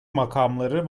makamları